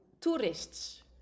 tourists